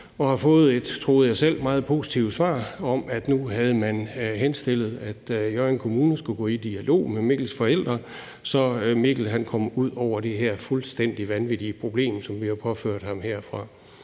jeg selv, meget positivt svar om, at nu havde man henstillet, at Hjørring Kommune skulle gå i dialog med Mikkels forældre, så Mikkel kom ud over det her fuldstændig vanvittige problem, som vi har påført ham herfra.